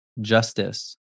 Justice